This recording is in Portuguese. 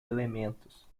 elementos